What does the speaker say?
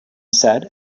said